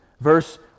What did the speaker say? Verse